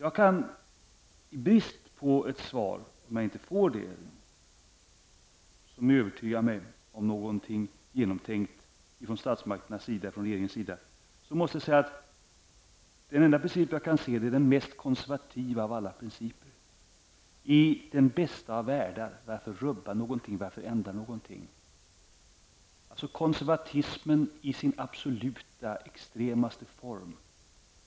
Om jag inte får ett svar som övertygar mig om något genomtänkt från statsmakternas och regeringens sida, kan jag bara se den enda princip som är den mest konservativa av alla principer, dvs. varför rubba eller ändra något i den bästa av världar? Det är konservatismen i sin absoluta och mest extrema form.